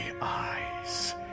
eyes